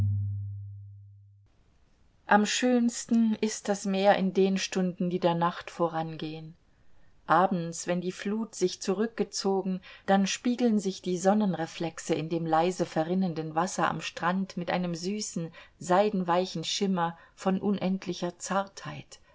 am schönsten ist das meer in den stunden die der nacht vorangehen abends wenn die flut sich zurückgezogen dann spiegeln sich die sonnenreflexe in dem leise verrinnenden wasser am strand mit einem süßen seidenweichen schimmer von unendlicher zartheit